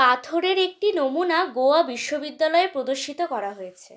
পাথরের একটি নমুনা গোয়া বিশ্ববিদ্যালয়ে প্রদর্শিত করা হয়েছে